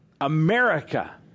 America